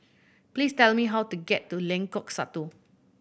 please tell me how to get to Lengkok Satu